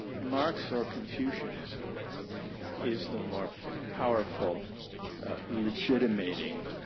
marxism or confucianism is the more powerful legitimating